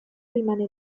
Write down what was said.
rimane